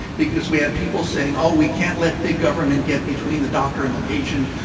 because we had people saying, oh, we can't let big government get between the doctor and the patient.